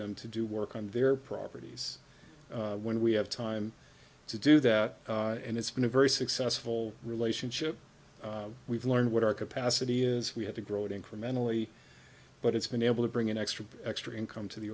them to do work on their properties when we have time to do that and it's been a very successful relationship we've learned what our capacity is we have to grow it incrementally but it's been able to bring in extra extra income to the